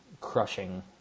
crushing